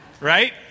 right